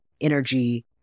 energy